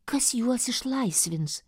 kas juos išlaisvins